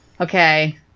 Okay